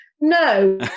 no